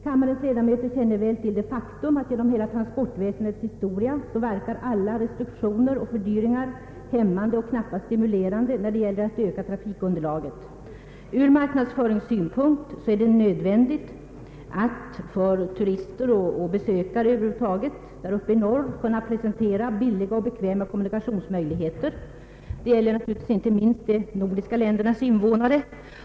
Kammarens ledamöter känner väl till det faktum från hela transportväsendets historia att alla restriktioner och fördyringar verkar hämmande och knappast stimulerande när det gäller att öka trafikunderlaget. Från <marknadsföringssynpunkt är det nödvändigt att för turister och besökare över huvud taget där uppe i norr kunna presentera billiga och bekväma kommunikationsmöjligheter. Detta gäller naturligtvis inte minst de nordiska ländernas invånare.